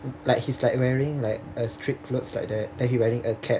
like he's like wearing like a street clothes like that then he wearing a cap